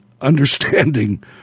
understanding